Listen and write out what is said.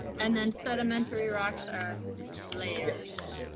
and then sedimentary rocks are layers.